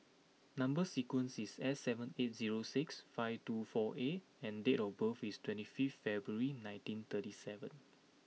number sequence is S seven eight zero six five two four A and date of birth is twenty fifth February nineteen thirty seven